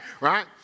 Right